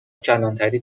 کلانتری